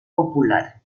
popular